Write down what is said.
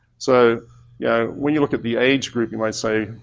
so yeah when you look at the age group you might say,